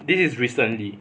this is recently